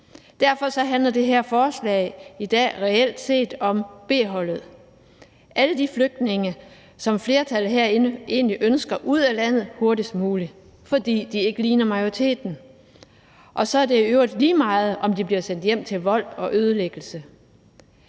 Derfor handler det her forslag i dag reelt set om B-holdet – alle de flygtninge, som flertallet herinde egentlig ønsker ud af landet hurtigst muligt, fordi de ikke ligner majoriteten, og så er det i øvrigt lige meget, om de bliver sendt hjem til vold og ødelæggelse.